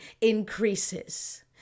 increases